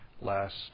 last